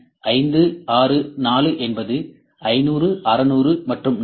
5 6 4 என்பது 500 600 மற்றும் 400